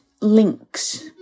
links